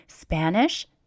Spanish